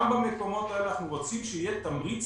גם במקומות האלה אנחנו רוצים שיהיה תמריץ